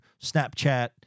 Snapchat